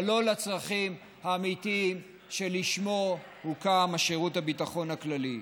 אבל לא לצרכים האמיתיים שלשמם הוקם שירות הביטחון הכללי.